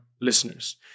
listeners